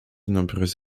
nombreux